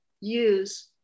use